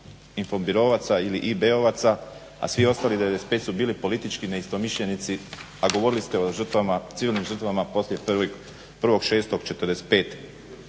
infobiroovaca ili IB-ovaca a svih ostalih 95 su bili politički neistomišljenici, a govorili ste o žrtvama, civilnim žrtvama poslije 1.06.'45.